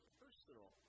personal